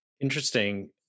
Interesting